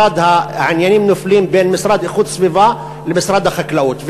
העניינים נופלים בין המשרד להגנת הסביבה לבין משרד החקלאות,